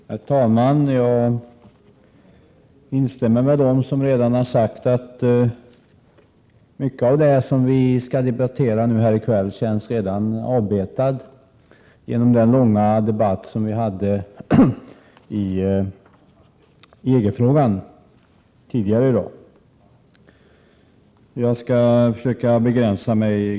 Herr talman! Jag instämmer med dem som redan har sagt att mycket av det som vi skall debattera här i kväll känns avbetat genom den långa debatt som vi hade i EG-frågan tidigare i dag. Av det skälet skall jag försöka begränsa mig.